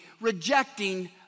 rejecting